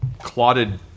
clotted